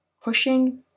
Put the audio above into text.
pushing